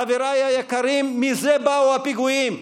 חבריי היקרים, מזה באו הפיגועים,